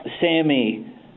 Sammy